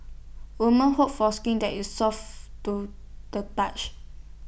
woman hope for skin that is soft to the touch